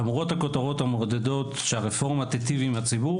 למרות הכותרות המעודדות שהרפורמה תיטיב עם הציבור,